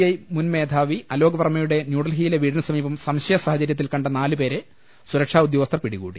I മുൻ മേധാവി അലോക് വർമ്മയുടെ ന്യൂഡൽഹിയിലെ വീടിന് സമീപം സംശയ സാഹചര്യത്തിൽ കണ്ട നാലുപേരെ സുരക്ഷാ ഉദ്യോഗ സ്ഥർ പിടികൂടി